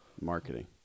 Marketing